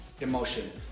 emotion